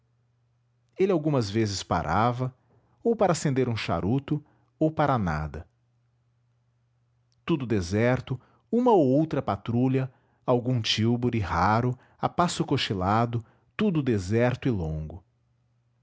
ele algumas vezes parava ou para acender um charuto ou para nada tudo deserto uma ou outra patrulha algum tílburi raro a passo cochilado tudo deserto e longo